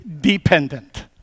dependent